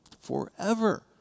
forever